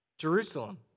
Jerusalem